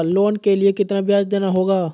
Loan के लिए कितना ब्याज देना होगा?